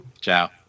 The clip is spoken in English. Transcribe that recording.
Ciao